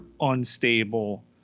unstable